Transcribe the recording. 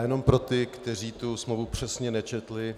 Jenom pro ty, kteří smlouvu přesně nečetli.